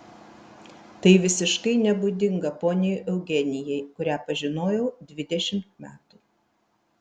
tai visiškai nebūdinga poniai eugenijai kurią pažinojau dvidešimt metų